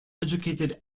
educated